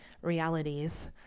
realities